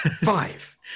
five